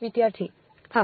વિદ્યાર્થી હા